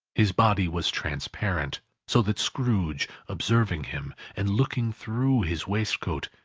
his body was transparent so that scrooge, observing him, and looking through his waistcoat,